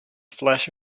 flash